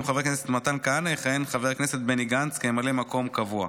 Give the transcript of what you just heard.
במקום חבר הכנסת מתן כהנא יכהן חבר הכנסת בני גנץ כממלא מקום קבוע.